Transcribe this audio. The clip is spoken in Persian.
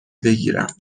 بگیرم